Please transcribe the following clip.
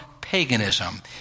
paganism